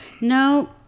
no